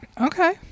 Okay